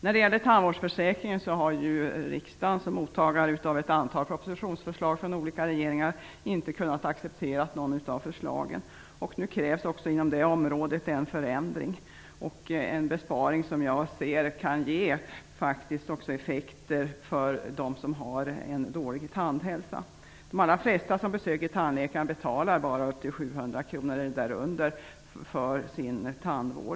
När det gäller tandvårdsförsäkringen har riksdagen tagit emot ett antal propositioner från olika regeringar, men inte kunnat acceptera något av förslagen. Också inom det området krävs nu en förändring och en besparing som jag tror kan ge effekter för dem som har en dålig tandhälsa. De allra flesta som besöker tandläkaren betalar bara 700 kr eller därunder för sin tandvård.